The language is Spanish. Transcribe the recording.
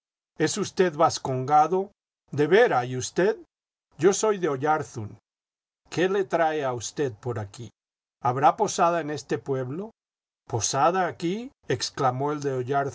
es usted vascongado de vera jy usted yo soy de oyarzum iqué le trae a usted por aquí habrá posada en este pueblo i posada aquí exclamó el de